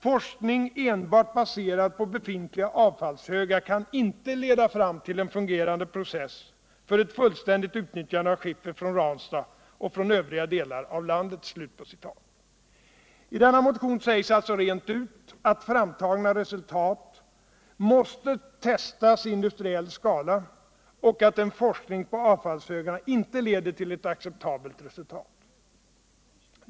Forskning enbart baserad på befintliga avfallshögar kan inte leda fram till en fungerande process för ett fullständigt utnyttjande av skiffer från Ranstad och från övriga delar av landet.” I denna motion sägs rent ut att framtagna resultat måste testas i industriell skala och att en forskning på avfallshögarna inte leder till ett acceptabel resultat.